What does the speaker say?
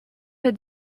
had